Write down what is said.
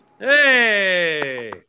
Hey